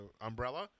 umbrella